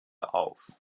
auf